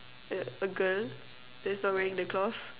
a a girl that's not wearing the cloth